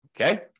Okay